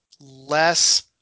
less